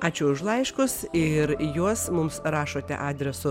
ačiū už laiškus ir juos mums rašote adresu